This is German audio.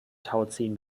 tauziehen